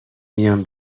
میام